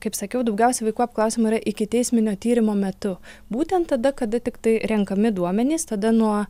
kaip sakiau daugiausia vaikų apklausiama yra ikiteisminio tyrimo metu būtent tada kada tiktai renkami duomenys tada nuo